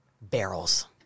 barrels